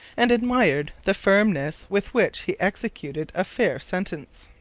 and admired the firmness with which he executed a fair sentence.